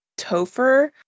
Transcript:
Topher